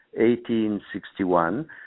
1861